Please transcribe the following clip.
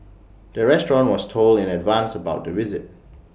the restaurant was told in advance about the visit